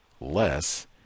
less